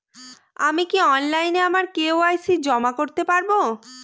আমি কি অনলাইন আমার কে.ওয়াই.সি জমা করতে পারব?